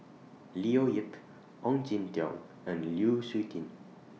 Leo Yip Ong Jin Teong and Lu Suitin